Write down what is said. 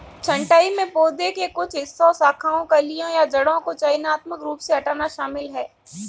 छंटाई में पौधे के कुछ हिस्सों शाखाओं कलियों या जड़ों को चयनात्मक रूप से हटाना शामिल है